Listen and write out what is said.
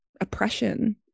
oppression